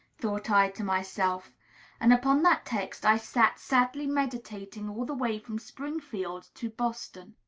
thought i to myself and upon that text i sat sadly meditating all the way from springfield to boston.